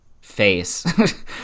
face